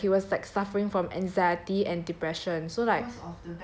fo~ because like he was like suffering from anxiety and depression so like